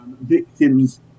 victims